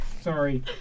Sorry